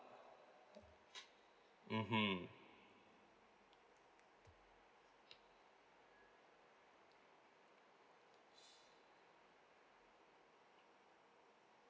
mmhmm